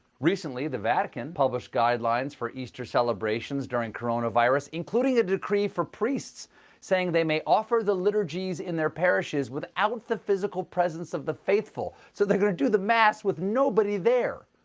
recently, the vatican published guidelines for easter celebrations during during coronavirus, including a decree for priests saying they may offer the liturgies in their parishes without the physical presence of the faithful. so they're going to do the mass with nobody there.